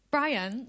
Brian